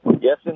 Yes